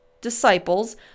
disciples